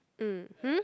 mmhmm